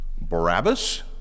Barabbas